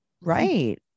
Right